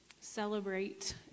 celebrate